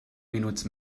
minuts